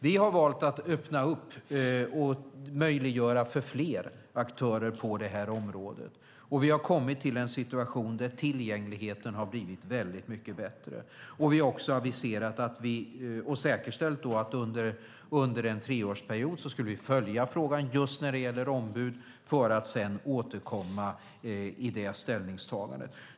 Vi har valt att öppna upp och möjliggöra för fler aktörer på det här området, och vi har kommit till en situation där tillgängligheten har blivit väldigt mycket bättre. Vi har också aviserat och säkerställt att under en treårsperiod ska vi följa frågan just när det gäller ombud för att sedan återkomma med ett ställningstagande.